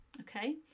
okay